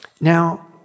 Now